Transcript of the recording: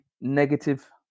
negative